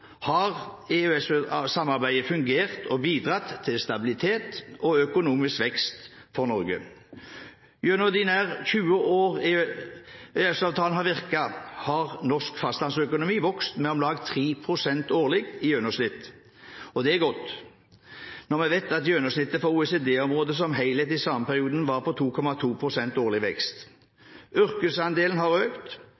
har EØS-samarbeidet fungert og bidratt til stabilitet og økonomisk vekst for Norge. Gjennom de nær 20 år EØS-avtalen har virket, har norsk fastlandsøkonomi vokst med om lag 3 pst. årlig i gjennomsnitt. Det er godt, når vi vet at gjennomsnittet for OECD-området som helhet i samme periode var 2,2 pst. årlig vekst.